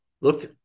Looked